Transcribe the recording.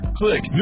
click